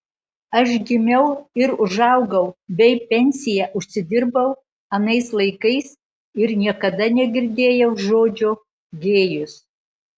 aš gimiau ir užaugau bei pensiją užsidirbau anais laikais ir niekada negirdėjau žodžio gėjus